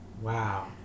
Wow